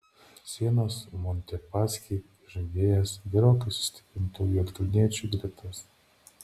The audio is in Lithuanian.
sienos montepaschi įžaidėjas gerokai sustiprintų juodkalniečių gretas